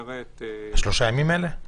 שלושה הימים האלה?